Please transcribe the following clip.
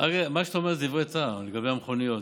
מה שאתה אומר זה דברי טעם, לגבי המכוניות.